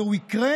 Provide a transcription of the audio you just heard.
והוא יקרה